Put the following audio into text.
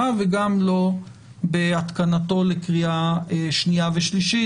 וגם לא בהתקנתו לקריאה שנייה ושלישית,